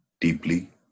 deeply